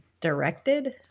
directed